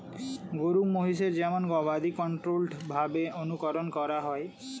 গরু মহিষের যেমন গবাদি কন্ট্রোল্ড ভাবে অনুকরন করা হয়